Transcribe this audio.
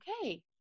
okay